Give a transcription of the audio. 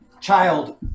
child